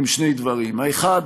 אלה שני דברים: האחד,